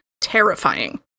terrifying